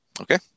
Okay